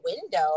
window